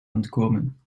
ontkomen